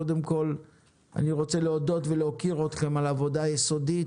קודם כל אני רוצה להודות ולהוקיר אתכם על עבודה יסודית,